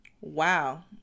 Wow